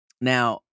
now